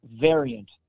variant